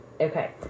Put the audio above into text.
Okay